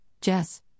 Jess